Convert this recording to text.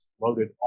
loaded